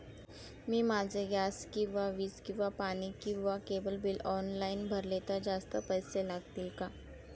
मी माझे गॅस किंवा वीज किंवा पाणी किंवा केबल बिल ऑनलाईन भरले तर जास्त पैसे लागतील का?